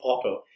proper